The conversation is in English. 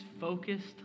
focused